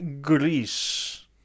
Greece